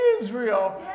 Israel